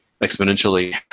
exponentially